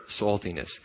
saltiness